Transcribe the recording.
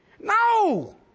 No